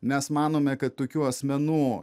mes manome kad tokių asmenų